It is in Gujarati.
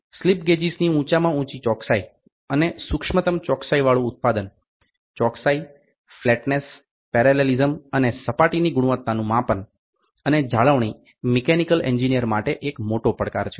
સ્લિપ ગેજિસની ઊંચામાં ઊંચી ચોકસાઈ અને સૂક્ષ્મતમ ચોકસાઈવાળું ઉત્પાદન ચોકસાઈ ફ્લેટનેસ પેરેલેલીસમ અને સપાટીની ગુણવત્તાનું માપન અને જાળવણી મિકેનિકલ એન્જિનિયર માટે એક મોટો પડકાર છે